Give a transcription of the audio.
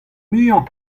muiañ